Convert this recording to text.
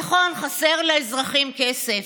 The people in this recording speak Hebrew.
נכון, חסר לאזרחים כסף,